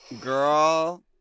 Girl